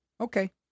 Okay